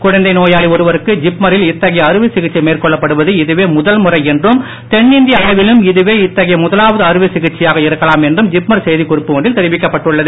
குழந்தை நோயாளி ஒருவருக்கு ஜிப்மரில் இத்தகைய அறுவை சிகிச்சை மேற்கொள்ளப்படுவது இதுவே முதல் முறை என்றும் தென்னிந்திய அளவிலும் இதுவே இத்தகைய முதலாவது அறுவை சிகிச்சையாக இருக்கலாம் என்றும் ஜிப்மர் செய்திக் குறிப்பு ஒன்றில் தெரிவிக்கப்பட்டுள்ளது